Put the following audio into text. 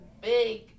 big